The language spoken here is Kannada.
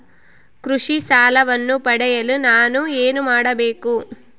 ಕೃಷಿ ಸಾಲವನ್ನು ಪಡೆಯಲು ನಾನು ಏನು ಮಾಡಬೇಕು?